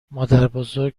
مادربزرگ